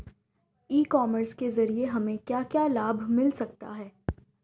ई commerce के ज़रिए हमें क्या क्या लाभ मिल सकता है?